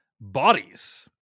Bodies